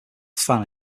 fan